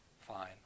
fine